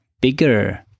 bigger